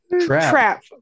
Trap